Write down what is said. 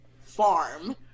farm